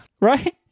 right